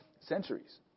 centuries